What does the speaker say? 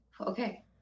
okay